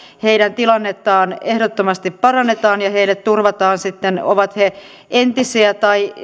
heidän tilannettaan ehdottomasti parannetaan ja heille turvataan sitten ovat he entisiä